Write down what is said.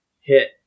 hit